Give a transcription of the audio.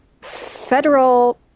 federal